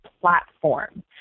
platform